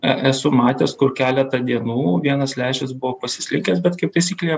e esu matęs kaip keletą dienų vienas lęšis buvo pasislinkęs bet kaip taisyklė